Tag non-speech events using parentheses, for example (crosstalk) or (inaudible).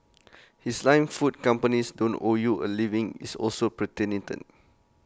his line food companies don't owe you A living is also (unintelligible)